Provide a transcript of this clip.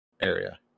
area